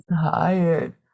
tired